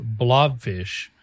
blobfish